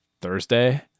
Thursday